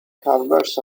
carvers